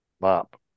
mop